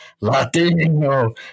Latino